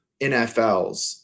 NFLs